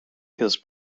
his